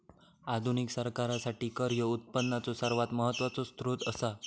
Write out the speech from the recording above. आधुनिक सरकारासाठी कर ह्यो उत्पनाचो सर्वात महत्वाचो सोत्र असा